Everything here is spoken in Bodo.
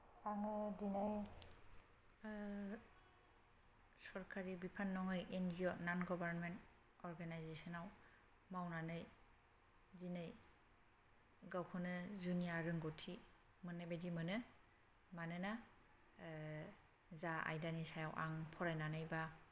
आङो दिनै सोरखारि बिफान नङै एन जि अ नन गाभरमेन्ट अरगेनायजेसनाव मावनानै दिनै गावखौनो जुनिया रोंगौथि मोननाय बायदि मोनो मानोना जा आयदानि सायाव आं फरायनानै एबा